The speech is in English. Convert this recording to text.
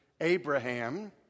Abraham